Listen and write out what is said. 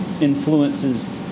influences